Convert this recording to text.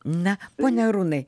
na pone arūnai